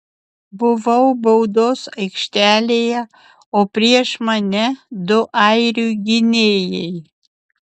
buvau baudos aikštelėje o prieš mane du airių gynėjai